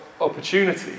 opportunity